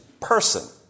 person